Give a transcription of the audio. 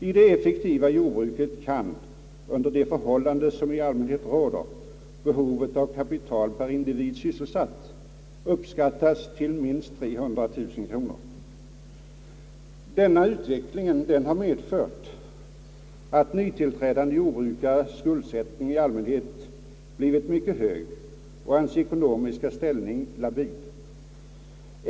I det effektiva jordbruket kan, under de förhållanden som i allmänhet råder, behovet av kapital per sysselsatt individ uppskattas till minst 300 000 kronor. Denna utveckling har medfört att nytillträdande jordbrukares skuldsättning i allmänhet blivit mycket hög och deras ekonomiska ställning labil.